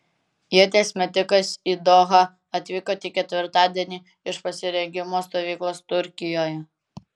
ieties metikas į dohą atvyko tik ketvirtadienį iš pasirengimo stovyklos turkijoje